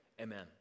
Amen